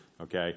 okay